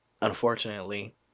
unfortunately